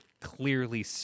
clearly